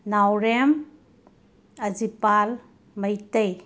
Naorem Ajipal Meitei